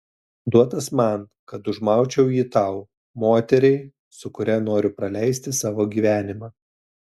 duotas man kad užmaučiau jį tau moteriai su kuria noriu praleisti savo gyvenimą